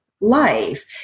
life